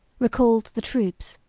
recalled the troops,